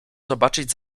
zobaczyć